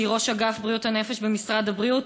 שהיא ראש אגף בריאות הנפש במשרד הבריאות,